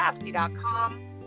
Craftsy.com